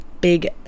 big